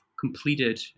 completed